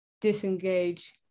disengage